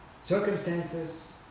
circumstances